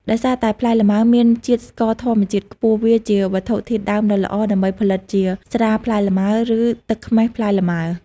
ដោយសារតែផ្លែលម៉ើមានជាតិស្ករធម្មជាតិខ្ពស់ វាជាវត្ថុធាតុដើមដ៏ល្អដើម្បីផលិតជា ស្រាផ្លែលម៉ើ ឬ ទឹកខ្មេះផ្លែលម៉ើ។